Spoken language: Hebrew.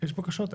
יש בקשות?